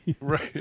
Right